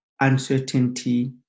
uncertainty